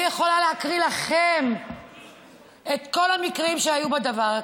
אני יכולה להקריא לכם על כל המקרים שהיו בדבר הזה.